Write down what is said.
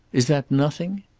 is that nothing?